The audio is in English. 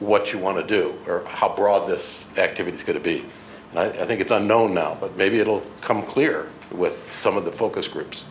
what you want to do or how broad this activity is going to be i think it's a no no but maybe it'll come clear with some of the focus groups